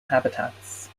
habitats